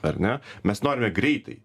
ar ne mes norime greitai